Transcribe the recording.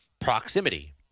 proximity